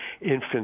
infants